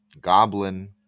Goblin